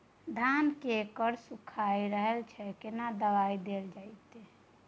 धान के कॉर सुइख रहल छैय केना दवाई देल जाऊ?